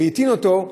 והטעין אותו,